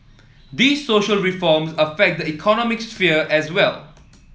these social reforms affect the economic sphere as well